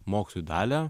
mokytojų dalią